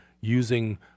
using